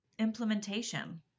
implementation